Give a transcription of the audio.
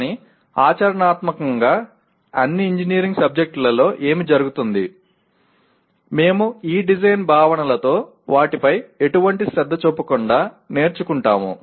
కానీ ఆచరణాత్మకంగా అన్ని ఇంజనీరింగ్ సబ్జెక్టులలో ఏమి జరుగుతుంది మేము ఈ డిజైన్ భావనలతో వాటిపై ఎటువంటి శ్రద్ధ చూపకుండా నేర్చుకుంటాము